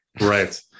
Right